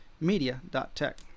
media.tech